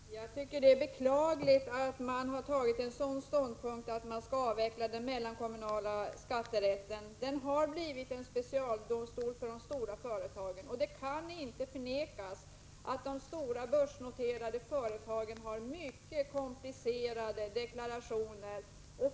Herr talman! Jag tycker det är beklagligt att man intagit den ståndpunkten att man skall avveckla den mellankommunala skatterätten. Den har blivit en specialdomstol för de stora företagen. Det kan inte förnekas att de stora börsnoterade företagen har mycket komplicerade deklarationer.